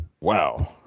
Wow